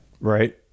Right